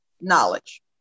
knowledge